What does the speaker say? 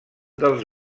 dels